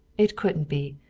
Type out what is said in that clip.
it couldn't be.